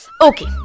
Okay